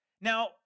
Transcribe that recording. Now